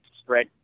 spread